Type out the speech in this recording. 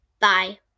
Bye